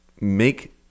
make